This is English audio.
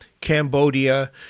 Cambodia